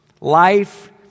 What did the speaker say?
Life